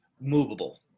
movable